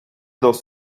dos